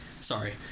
Sorry